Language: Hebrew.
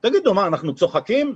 תגידו, מה אנחנו צוחקים?